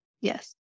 Yes